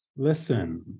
Listen